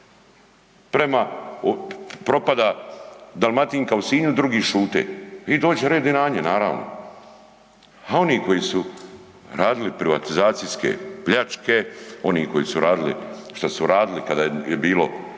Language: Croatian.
Prema, propada Dalmatinka u Sinju, drugi šute i dođe red i na nje naravno. A oni koji su radili privatizacijske pljačke, oni koji su radili što su radili kada je bilo